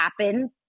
happen